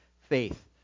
Faith